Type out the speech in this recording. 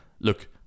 look